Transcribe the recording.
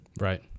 Right